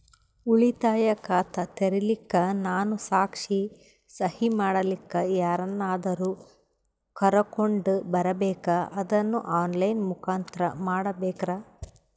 ಉಳಿತಾಯ ಖಾತ ತೆರಿಲಿಕ್ಕಾ ನಾನು ಸಾಕ್ಷಿ, ಸಹಿ ಮಾಡಲಿಕ್ಕ ಯಾರನ್ನಾದರೂ ಕರೋಕೊಂಡ್ ಬರಬೇಕಾ ಅದನ್ನು ಆನ್ ಲೈನ್ ಮುಖಾಂತ್ರ ಮಾಡಬೇಕ್ರಾ?